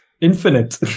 infinite